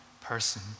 person